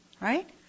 Right